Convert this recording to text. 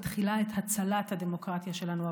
מתחילה את הצלת הדמוקרטיה שלנו,